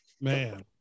Man